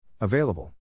available